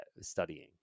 studying